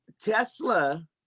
tesla